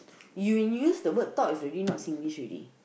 you when you use the word thought is already not Singlish already